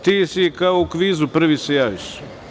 Ti si kao u kvizu, prvi se javiš.